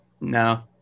No